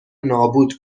نابود